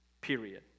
Period